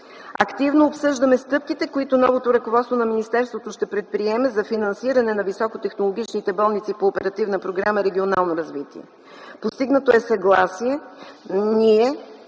Активно обсъждаме стъпките, които новото ръководство на министерството ще предприеме за финансиране на високотехнологичните болници по Оперативна програма „Регионално развитие”. Постигнато е съгласие